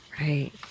Right